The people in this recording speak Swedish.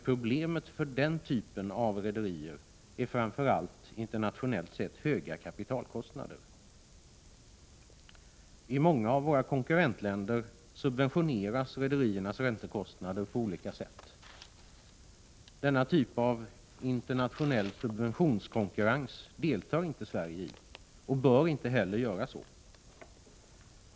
Problemet för denna typ av rederier är framför allt internationellt sett höga kapitalkostnader. I många av våra konkurrentländer subventioneras rederiernas räntekostnader på olika sätt. Denna typ av internationell subventionskonkurrens deltar inte Sverige i och bör inte heller göra så.